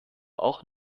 auch